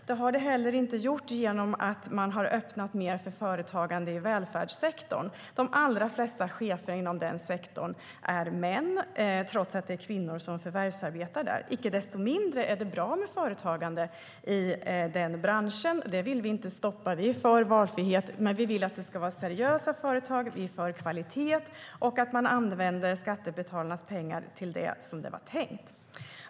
Det har det heller inte gjort genom att man har öppnat mer för företagande i välfärdssektorn. De allra flesta chefer inom den sektorn är män, trots att det är kvinnor som förvärvsarbetar där. Icke desto mindre är det bra med företagande i den branschen. Det vill vi inte stoppa. Vi är för valfrihet, men vi vill att det ska vara seriösa företag. Vi är för kvalitet och att man använder skattebetalarnas pengar till det som var tänkt.